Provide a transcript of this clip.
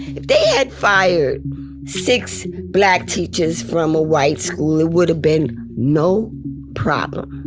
if they had fired six black teachers from a white school, it would have been no problem.